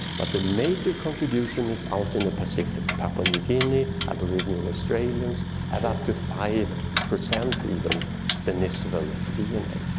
but the major contribution is out in the pacific, papua new guinea, aboriginal australians, have up to five percent even denisovan dna.